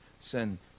Sin